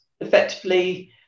effectively